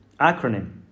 acronym